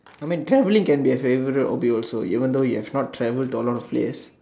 I mean travelling can be a favourite hobby also even though you have not travelled to a lot of place